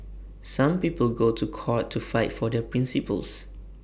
some people go to court to fight for their principles